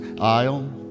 aisle